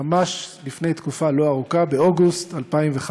ממש לפני תקופה לא ארוכה, באוגוסט 2015,